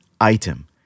item